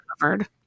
covered